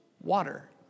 water